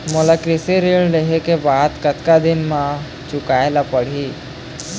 मोला कृषि ऋण लेहे के बाद कतका दिन मा चुकाए ले पड़ही?